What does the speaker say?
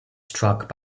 struck